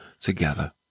together